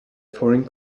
foreign